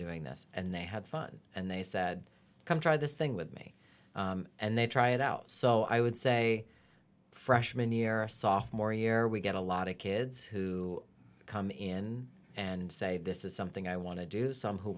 doing this and they had fun and they said come try this thing with me and they try it out so i would say freshman year a sophomore year we get a lot of kids who come in and say this is something i want to do some who